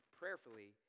prayerfully